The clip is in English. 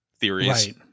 theories